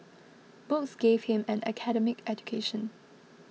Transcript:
books gave him an academic education